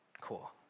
cool